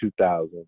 2000